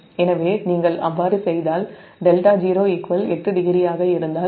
எனவே நீங்கள் அவ்வாறு செய்தால் δ0 80 ஆக இருந்தால் 0